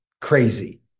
crazy